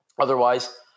otherwise